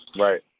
Right